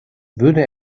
würde